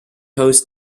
hosts